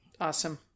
Awesome